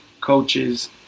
coaches